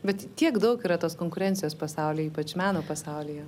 bet tiek daug yra tos konkurencijos pasaulyje ypač meno pasaulyje